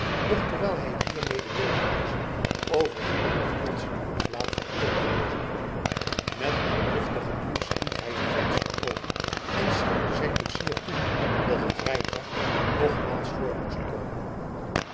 doch terwijl hij hiermede bezig was overviel hem weer plotseling een vlaag van teugelloze woede met een driftige duw stiet hij een venster open en schreeuwde zijn koetsier toe dat het rijtuig nogmaals vr moest komen